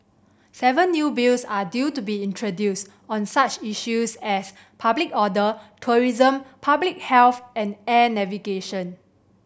seven new Bills are due to be introduced on such issues as public order tourism public health and air navigation